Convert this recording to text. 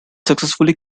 successfully